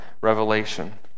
revelation